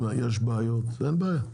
אם יש בעיות אין בעיה.